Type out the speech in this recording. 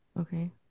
okay